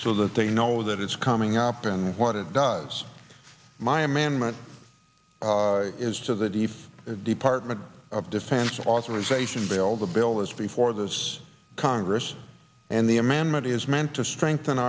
so that they know that it's coming up and what it does my amendment is to the defense department of defense authorization bill the bill that's before this congress and the amendment is meant to strengthen